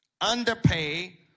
underpay